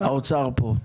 האוצר פה.